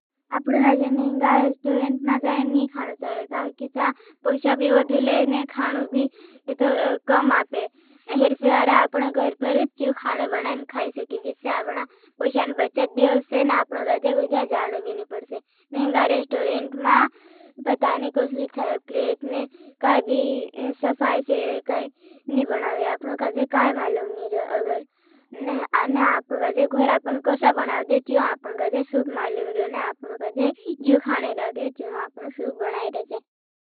अपनों गाजे मेहिंगा रेस्टोरियेंट मा जाएं नी खानो चाले। काँकि चाँ पोषा भी बदूले ने खानो भी कम आपे। हिर स्वागारा अपनों घर परुछ चू। खानो बनाएं खाई सके। अपनों गाजे कोई दिया जानो भी नी पड़से। मेहिंगा रेस्टोरियेंट मा बतानी कोसली प्लेट ने काई भी सफाई से नी बनावे। अपनों गाजे काई मालों नी रो। अगर अपनों गाजे घर अपनों कोसली बनाएं खाई सके। अपनों गाजे सुप मालों ने जू खाने लगे। जू अपनों सुप बनाएं खाई सके।